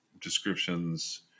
descriptions